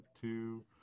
two